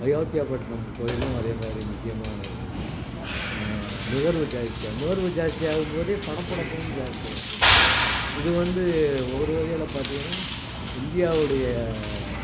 அயோத்தியாபட்டினம் கோயிலும் அதேமாதிரி முக்கியமானதுங்க நுகர்வு ஜாஸ்தியாகும் நுகர்வு ஜாஸ்தியாகும்போதே பணப்புலக்கமும் ஜாஸ்தி ஆயிடுதுங்க இது வந்து ஒரு வகையில் பார்த்தீங்கன்னா இந்தியாவுனுடைய